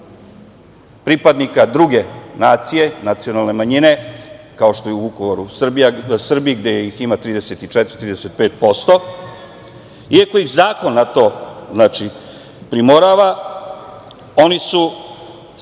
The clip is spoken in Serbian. pripadnika druge nacije, nacionalne manjine, kao što su u Vukovaru Srbi, gde ih ima 34-35%, iako ih zakon na to primorava, oni su